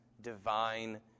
divine